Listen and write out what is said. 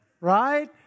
right